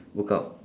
workout